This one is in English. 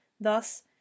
thus